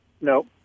No